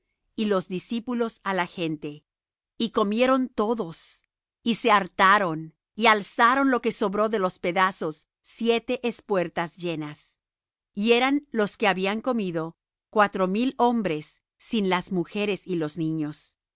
y los discípulos á la gente y comieron todos y se hartaron y alzaron lo que sobró de los pedazos siete espuertas llenas y eran los que habían comido cuatro mil hombres sin las mujeres y los niños